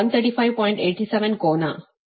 87 ಕೋನ 4